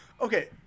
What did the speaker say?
Okay